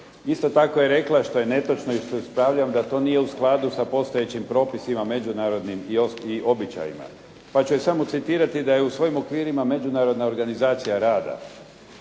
Isto tako je rekla što je netočno i što ispravljam da to nije u skladu sa postojećim propisima međunarodnim i običajima. Pa ću je samo citirati da je u svojim okvirima Međunarodna organizacija rada